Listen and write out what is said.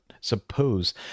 suppose